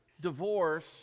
divorce